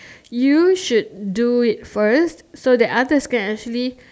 you should do it first so that others can actually